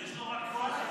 יש לו רק קול כזה.